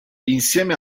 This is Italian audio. insieme